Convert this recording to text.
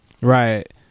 right